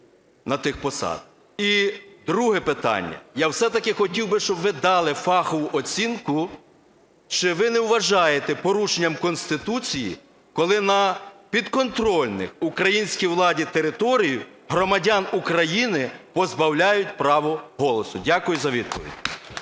І друге питання. Я все-таки хотів би, щоб ви дали фахову оцінку, чи ви не вважаєте порушенням Конституції, коли на підконтрольних українській владі територіях громадян України позбавляють права голосу? Дякую за відповідь.